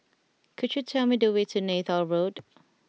could you tell me the way to Neythal Road